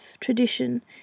tradition